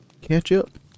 Ketchup